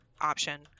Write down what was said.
option